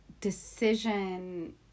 decision